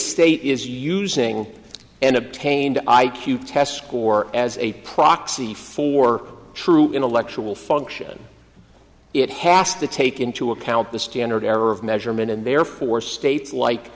state is using and obtained i q test score as a proxy for true intellectual function it has to take into account the standard error of measurement and therefore states like